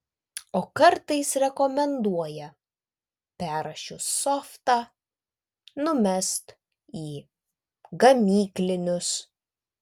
o kartais rekomenduoja perrašius softą numest į gamyklinius